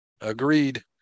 Agreed